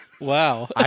Wow